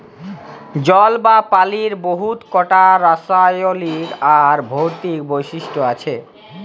জল বা পালির বহুত কটা রাসায়লিক আর ভৌতিক বৈশিষ্ট আছে